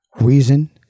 reason